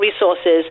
resources